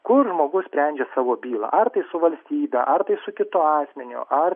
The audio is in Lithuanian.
kur žmogus sprendžia savo bylą ar tai su valstybe ar tai su kitu asmeniu ar